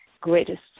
greatest